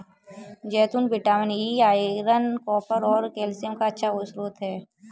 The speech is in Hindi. जैतून विटामिन ई, आयरन, कॉपर और कैल्शियम का अच्छा स्रोत हैं